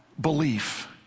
belief